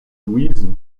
louise